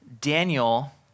Daniel